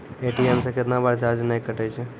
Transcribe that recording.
ATM से कैतना बार चार्ज नैय कटै छै?